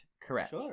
correct